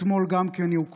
אתמול היא הוקמה.